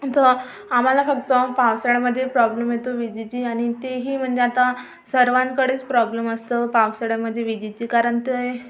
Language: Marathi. तर आम्हाला फक्त पावसाळ्यामधे प्रॉब्लेम येतो विजेची आणि तेही म्हणजे आता सर्वांकडेच प्रॉब्लेम असतो पावसाळ्यामधे विजेची कारण ते